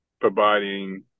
providing